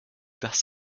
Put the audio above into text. das